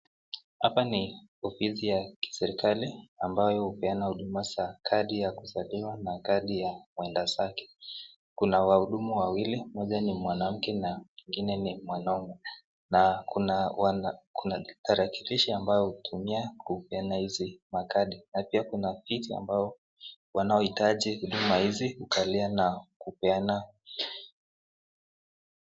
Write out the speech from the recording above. Hapa ni ofisi ya kiserikali ambayo hupeana huduma ya kadi ya kuzaliwa na kadi ya mwendazake. Kuna wahudumu wawili, moja ni mwanamke na mwingine ni mwanaume. Na kuna tarakilishi ambayo hutumia kupeana hizi makadi na pia kuna viti ambao wanahitaji huduma hizi hukalia na kupeana.